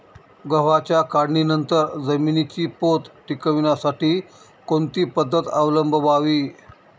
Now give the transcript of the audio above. गव्हाच्या काढणीनंतर जमिनीचा पोत टिकवण्यासाठी कोणती पद्धत अवलंबवावी?